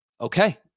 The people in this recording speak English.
Okay